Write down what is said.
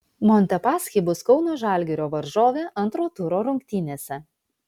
montepaschi bus kauno žalgirio varžovė antro turo rungtynėse